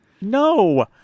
no